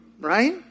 right